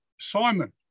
Simon